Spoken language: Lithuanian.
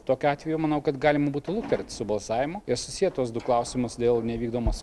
tokiu atveju manau kad galima būtų luktelt su balsavimu ir susiet tuos du klausimus dėl nevykdomos